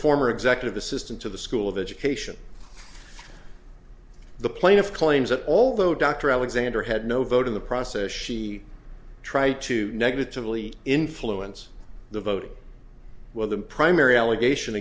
former executive assistant to the school of education the plaintiff claims that although dr alexander had no vote in the process she tried to negatively influence the vote with the primary allegation